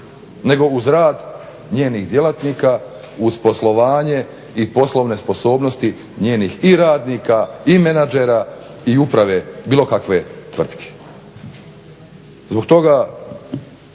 nego uz rad njenih djelatnika, uz poslovanje i poslovene sposobnosti njenih i radnika i menadžera i uprave bilo kakve tvrtke. Zbog toga